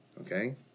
Okay